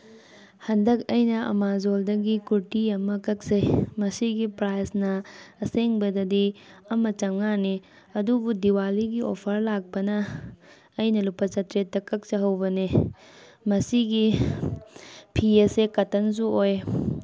ꯍꯟꯗꯛ ꯑꯩꯅ ꯑꯥꯃꯥꯖꯣꯟꯗꯒꯤ ꯀꯨꯔꯇꯤ ꯑꯃ ꯀꯛꯆꯩ ꯃꯁꯤꯒꯤ ꯄ꯭ꯔꯥꯏꯁꯅ ꯑꯁꯦꯡꯕꯗꯗꯤ ꯑꯃ ꯆꯥꯝꯃꯉꯥꯅꯤ ꯑꯗꯨꯕꯨ ꯗꯤꯋꯥꯂꯤꯒꯤ ꯑꯣꯐꯔ ꯂꯥꯛꯄꯅ ꯑꯩꯅ ꯂꯨꯄꯥ ꯆꯥꯇ꯭ꯔꯦꯠꯇ ꯀꯛꯆꯍꯧꯕꯅꯤ ꯃꯁꯤꯒꯤ ꯐꯤ ꯑꯁꯦ ꯀꯠꯇꯟꯁꯨ ꯑꯣꯏ